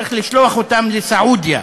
צריך לשלוח אותם לסעודיה,